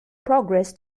progress